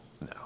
No